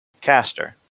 caster